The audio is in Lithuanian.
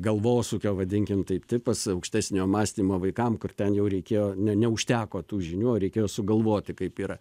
galvosūkio vadinkim taip tipas aukštesniojo mąstymo vaikam kur ten jau reikėjo ne neužteko tų žinių o reikėjo sugalvoti kaip yra